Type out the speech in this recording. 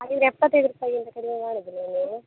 ಹಾಗಿದ್ದರೆ ಎಪ್ಪತ್ತೈದು ರುಪಾಯಿಗಿಂತ ಕಡಿಮೆ ಮಾಡೋದಿಲ್ವ ನೀವು